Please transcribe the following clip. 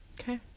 Okay